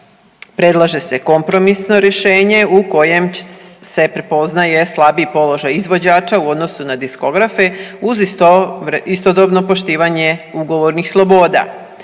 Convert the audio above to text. Predlaže se kompromisno rješenje u kojem se prepoznaje slabiji položaj izvođača u odnosu na diskografe uz istodobno poštivanje ugovornih sloboda.